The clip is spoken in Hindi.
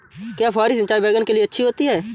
क्या फुहारी सिंचाई बैगन के लिए अच्छी होती है?